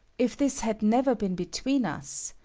if this had never been between us,